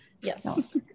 Yes